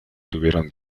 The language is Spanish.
tuvieron